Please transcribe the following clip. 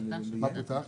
מוועדת ההיגוי.